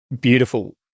beautiful